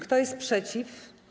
Kto jest przeciw?